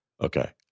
Okay